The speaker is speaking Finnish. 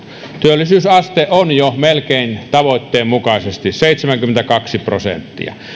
työllisyysaste on jo melkein tavoitteen mukaisesti seitsemänkymmentäkaksi prosenttia